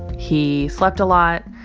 he slept a lot.